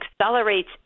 accelerates